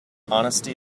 honesty